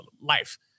life